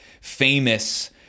famous